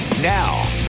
Now